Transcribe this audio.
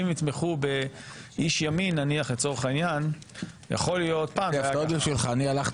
לי קיצרת לארבע בגלל שלא היו